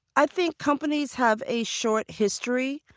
i think companies have a short history.